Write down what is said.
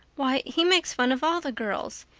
why, he makes fun of all the girls.